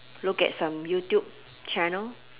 look at some youtube channel